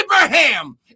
Abraham